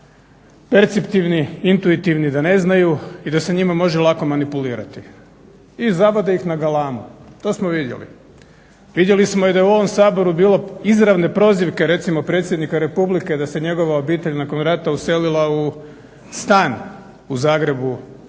perceptivni, intuitivni, da ne znaju i da se njima može lako manipulirati i zavade ih na galamu, to smo vidjeli. Vidjeli smo i da je u ovom Saboru bilo izravne prozivke recimo predsjednika Republike da se njegova obitelj nakon rata uselila u stan u Zagrebu